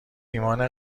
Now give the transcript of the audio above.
ایمان